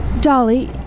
Dolly